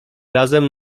razem